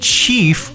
Chief